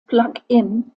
plugin